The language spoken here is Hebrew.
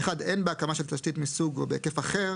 (1)אין בהקמה של תשתית מסוג או בהיקף אחר